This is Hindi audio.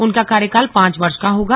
उनका कार्यकाल पांच वर्ष का होगा